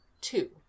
two